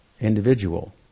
individual